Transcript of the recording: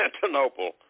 Constantinople